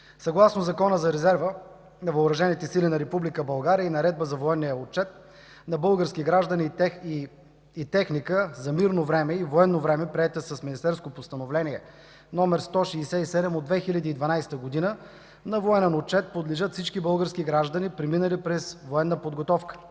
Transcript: Съгласно Закона за резерва на въоръжените сили на Република България и Наредба за военния отчет на български граждани и техника за мирно и военно време, приета с министерско Постановление № 167 от 2012 г., на военен отчет подлежат всички български граждани, преминали през военна подготовка,